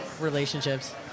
relationships